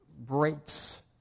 breaks